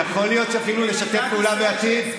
יכול להיות שאפילו נשתף פעולה בעתיד,